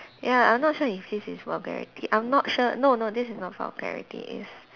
ya I not sure if this is vulgarity I'm not sure no no this is not vulgarity it's